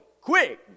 quick